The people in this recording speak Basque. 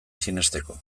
sinesteko